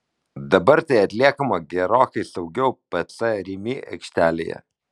dabar tai atliekama gerokai saugiau pc rimi aikštelėje